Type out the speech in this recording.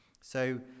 So